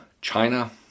China